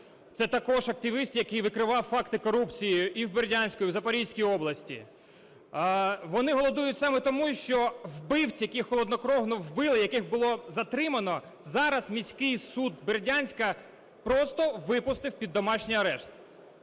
Це також активіст, який викривав факти корупції і в Бердянську, і в Запорізькій області. Вони голодують саме тому, що вбивць, які холоднокровно вбили, яких було затримано, зараз міський суд Бердянська просто випустив під домашній арешт.